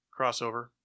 crossover